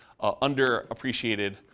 underappreciated